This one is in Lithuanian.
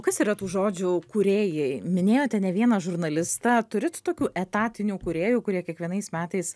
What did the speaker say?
kas yra tų žodžių kūrėjai minėjote ne vieną žurnalistą turit tokių etatinių kūrėjų kurie kiekvienais metais